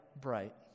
bright